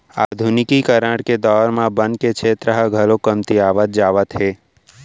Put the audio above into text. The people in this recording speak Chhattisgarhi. आधुनिकीकरन के दौर म बन के छेत्र ह घलौ कमतियात जावत हे